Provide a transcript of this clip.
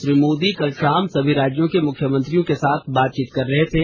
श्री मोदी कल शाम सभी राज्यों के मुख्यमंत्रियों के साथ बातचीत कर रहे थे